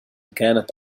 كانت